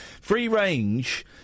Free-range